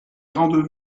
grandes